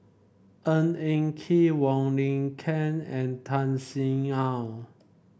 Ng Eng Kee Wong Lin Ken and Tan Sin Aun